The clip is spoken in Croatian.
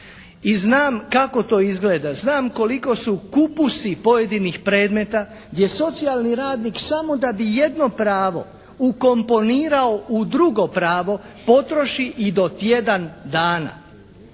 I znam kako to izgleda. Znam koliko su kupusi pojedinih predmeta gdje socijalni radnik samo da bi jedno pravo ukomponirao u drugo pravo potroši i do tjedan dana.